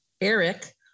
ERIC